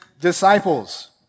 disciples